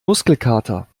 muskelkater